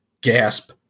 gasp